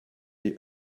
die